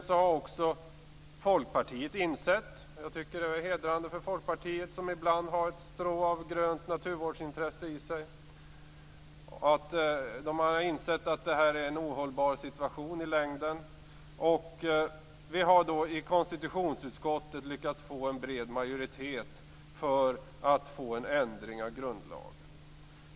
Jag tycker att det var hedrande för Folkpartiet, som ibland har ett strå av grönt naturvårdsintresse i sig, att man har insett att detta i längden är en ohållbar situation. Vi har då i konstitutionsutskottet lyckats få en bred majoritet för att göra en ändring i grundlagen.